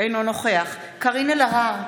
אינו נוכח קארין אלהרר,